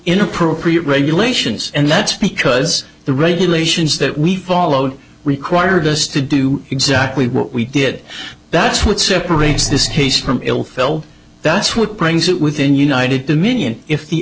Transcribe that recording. inappropriate regulations and that's because the regulations that we followed required us to do exactly what we did that's what separates this case from il felt that's what brings it within united to me and if the